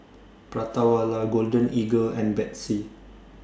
Prata Wala Golden Eagle and Betsy